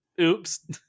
oops